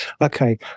Okay